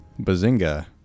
Bazinga